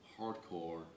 hardcore